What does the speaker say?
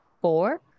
four